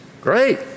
Great